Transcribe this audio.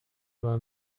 war